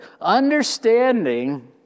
Understanding